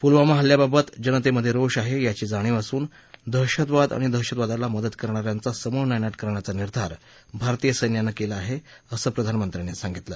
पुलवामा हल्ल्याबाबत जनतेमधे रोष आहे याची जाणीव असून दहशतवाद आणि दहशतवादाला मदत करणा यांचा समूळ नायनाट करण्याचा निर्धार भारतीय सैन्यानं केला आहे असं प्रधानमत्र्यांनी सांगितलं